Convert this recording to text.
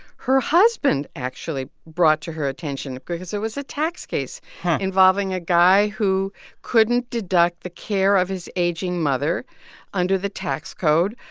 her husband actually brought to her attention because there was a tax case involving a guy who couldn't deduct the care of his aging mother under the tax code.